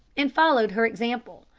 and followed her example.